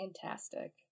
fantastic